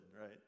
right